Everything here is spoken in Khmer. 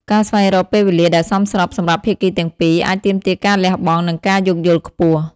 ពេលខ្លះ យើងត្រូវលៃលកនិយាយគ្នានៅពាក់កណ្តាលយប់ ឬព្រឹកព្រលឹម ដែលអាចរំខានដល់ទម្លាប់ប្រចាំថ្ងៃ ការងារ ឬការគេងរបស់ភាគីទាំងសងខាង។